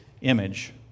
image